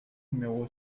numéro